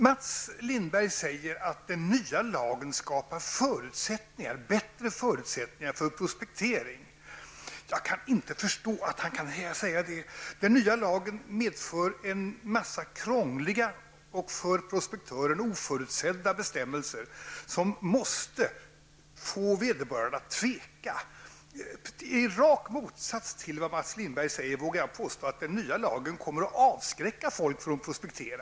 Mats Lindberg säger att den nya lagen skapar bättre förutsättningar för prospektering. Men jag kan inte förstå att han kan säga det. Den nya lagen medför en mängd krångliga och för prospektören oförutsedda bestämmelser, som måste få vederbörande att tveka. Jag vågar påstå, och det är raka motsatsen till det som Mats Lindberg säger, att den nya lagen kommer att avskräcka människor från att prospektera.